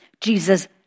Jesus